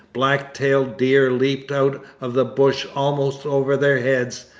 black-tailed deer leaped out of the brush almost over their heads,